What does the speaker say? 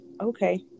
Okay